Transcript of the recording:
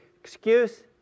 Excuse